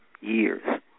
years